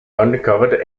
uncovered